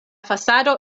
fasado